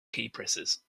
keypresses